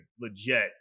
legit